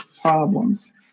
problems